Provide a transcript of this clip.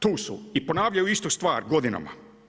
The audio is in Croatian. Tu su i ponavljaju istu stvar godinama.